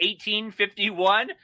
1851